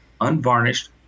unvarnished